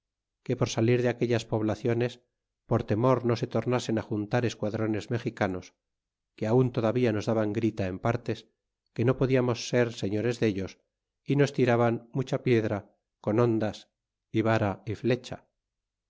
que por salir de aquellas poblaciones por temor no se tornasen juntar esquadrones mexicanos que aun todavía nos daban grita en partes que no podiamos ser schores dellos y nos tiraban mucha piedra con hondas y vara y flecha